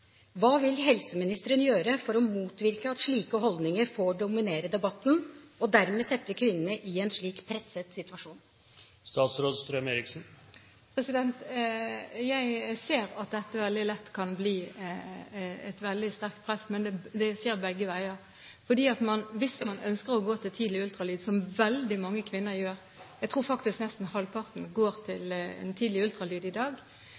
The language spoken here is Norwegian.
Hva vil helseministeren gjøre for å motvirke at slike holdninger får dominere debatten og dermed setter kvinnene i en slik presset situasjon? Jeg ser at dette veldig lett kan bli et veldig sterkt press, men det skjer begge veier, for hvis man ønsker å gå til tidlig ultralyd – som veldig mange kvinner gjør, jeg tror faktisk nesten halvparten går til en tidlig ultralyd i dag